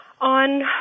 on